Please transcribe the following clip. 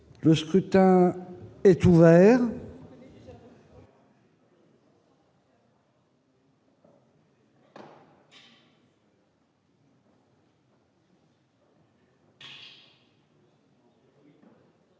Le scrutin est ouvert.